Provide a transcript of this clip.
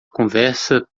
conversa